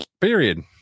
period